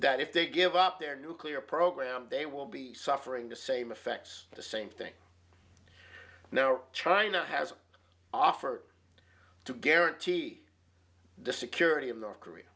that if they give up their nuclear program they will be suffering the same effects the same thing now china has offered to guarantee disick european north korea